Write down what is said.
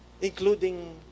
including